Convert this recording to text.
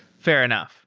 fair enough.